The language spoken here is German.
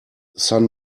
san